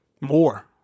More